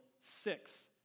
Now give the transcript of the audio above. six